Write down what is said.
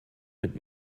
mit